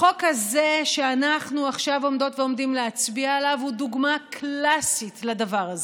החוק הזה שאנחנו עכשיו עומדות להצביע עליו הוא דוגמה קלאסית לדבר הזה.